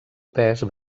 pes